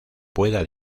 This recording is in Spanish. pueda